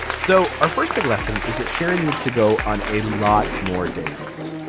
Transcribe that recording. so our first big lesson is that sharon needs to go on a lot more dates,